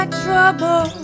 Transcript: trouble